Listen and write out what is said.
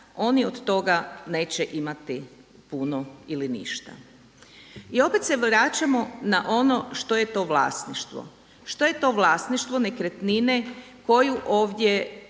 oni od toga neće imati puno ili ništa. I opet se vraćamo na ono što je to vlasništvo. Što je to vlasništvo nekretnine koju ovdje